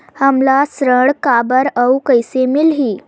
हमला ऋण काबर अउ कइसे मिलही?